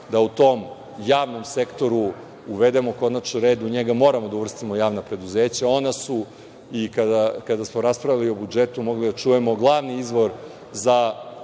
da u tom javnom sektoru uvedemo konačno red u njega, moramo da uvrstimo javna preduzeća. Ona su i kada smo raspravljali o budžetu mogli smo da čujemo, glavni izvor za